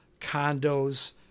condos